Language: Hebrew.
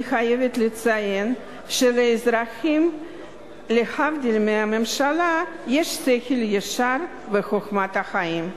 אני חייבת לציין שלאזרחים להבדיל מהממשלה יש שכל ישר וחוכמת חיים.